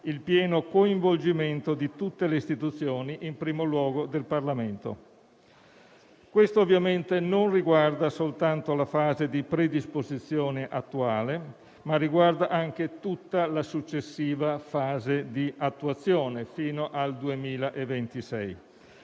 il pieno coinvolgimento di tutte le istituzioni, in primo luogo del Parlamento. Questo, ovviamente, non riguarda soltanto la fase di predisposizione attuale, ma anche tutta la successiva fase di attuazione fino al 2026.